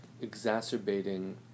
exacerbating